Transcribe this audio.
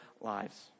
lives